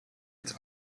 its